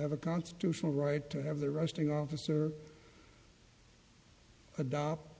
have a constitutional right to have the resting officer adopt